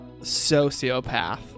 Sociopath